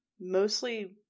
mostly